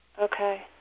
Okay